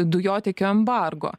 dujotiekio embargo